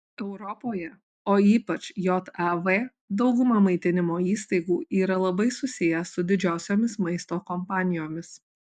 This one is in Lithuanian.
europoje o ypač jav dauguma maitinimo įstaigų yra labai susiję su didžiosiomis maisto kompanijomis